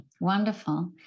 Wonderful